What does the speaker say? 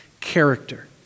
character